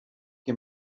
que